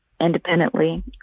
Independently